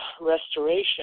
restoration